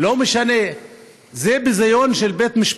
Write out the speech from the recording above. אנחנו כאן בנאום של דקה,